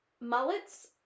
mullets